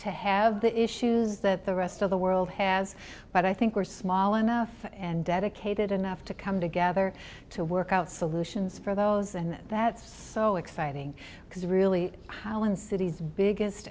to have the issues that the rest of the world has but i think we're small enough and dedicated enough to come together to work out solutions for those and that's so exciting because really how one city's biggest